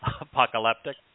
apocalyptic